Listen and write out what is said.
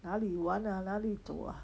哪里玩啊那里走啊